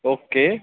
okay